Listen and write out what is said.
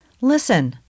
Listen